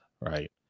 right